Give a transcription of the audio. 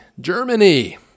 Germany